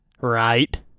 Right